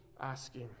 asking